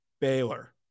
Baylor